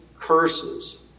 curses